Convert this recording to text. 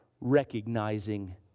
recognizing